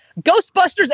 Ghostbusters